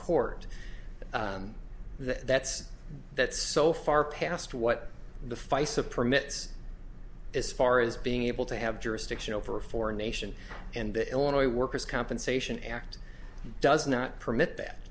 court and that's that's so far past what the feis of permits as far as being able to have jurisdiction over a foreign nation and the illinois workers compensation act does not permit that